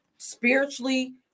Spiritually